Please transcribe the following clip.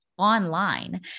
online